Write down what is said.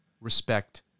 respect